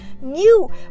new